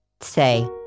Say